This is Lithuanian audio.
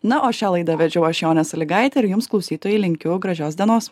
na o šią laidą vedžiau aš jonė salygaitė ir jums klausytojai linkiu gražios dienos